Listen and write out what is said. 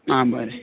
आं बरें